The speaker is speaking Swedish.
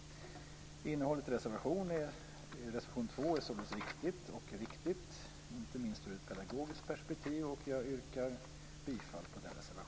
Innehållet i reservation 2 är således viktigt och riktigt, inte minst ur ett pedagogiskt perspektiv. Jag yrkar bifall till den reservationen.